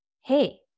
Hey